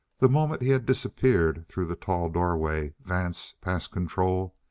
the moment he had disappeared through the tall doorway, vance, past control,